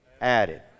added